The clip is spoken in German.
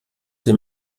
dem